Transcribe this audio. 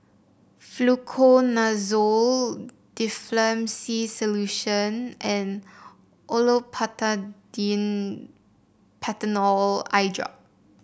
Fluconazole Difflam C Solution and Olopatadine Patanol Eyedrop